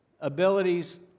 abilities